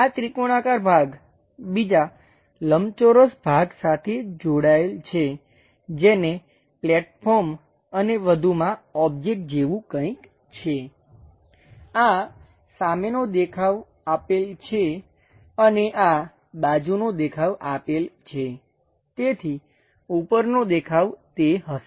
આ ત્રિકોણાકાર ભાગ બીજા લંબચોરસ ભાગ સાથે જોડાયેલ છે જેને પ્લેટફોર્મ અને વધુમાં ઓબ્જેક્ટ જેવું કંઈક છે આ સામેનો દેખાવ આપેલ છે અને આ બાજુનો દેખાવ આપેલ છે તેથી ઉપરનો દેખાવ તે હશે